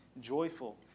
joyful